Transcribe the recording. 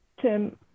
Tim